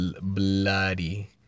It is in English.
bloody